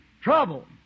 Trouble